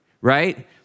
right